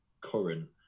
current